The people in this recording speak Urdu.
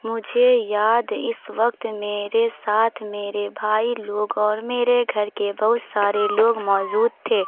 مجھے یاد اس وقت میرے ساتھ میرے بھائی لوگ اور میرے گھر کے بہت سارے لوگ موجود تھے